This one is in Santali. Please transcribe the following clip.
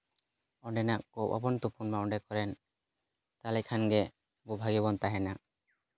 ᱚᱸᱰᱮᱱᱟᱜ ᱠᱚ ᱵᱟᱵᱚᱱ ᱛᱩᱯᱩᱱ ᱢᱟ ᱚᱸᱰᱮ ᱠᱚᱨᱮᱱ ᱛᱟᱦᱚᱞᱮ ᱠᱷᱟᱱᱜᱮ ᱟᱵᱚ ᱵᱷᱟᱜᱮ ᱵᱚᱱ ᱛᱟᱦᱮᱱᱟ